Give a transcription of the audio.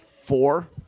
four